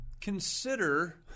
consider